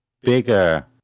bigger